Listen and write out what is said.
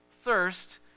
thirst